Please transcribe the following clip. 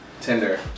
Tinder